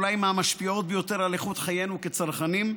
אולי מהמשפיעות ביותר על איכות חיינו כצרכנים,